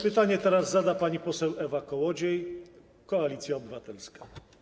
Pytanie teraz zada pani poseł Ewa Kołodziej, Koalicja Obywatelska.